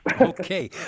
Okay